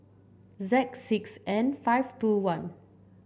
Z six N five two one